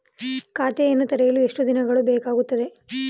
ಖಾತೆಯನ್ನು ತೆರೆಯಲು ಎಷ್ಟು ದಿನಗಳು ಬೇಕಾಗುತ್ತದೆ?